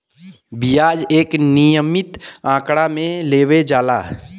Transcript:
बियाज एक नियमित आंकड़ा मे लेवल जाला